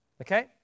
okay